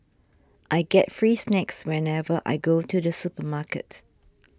I get free snacks whenever I go to the supermarket